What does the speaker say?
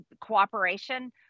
cooperation